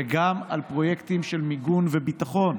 וגם על פרויקטים של מיגון וביטחון,